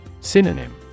Synonym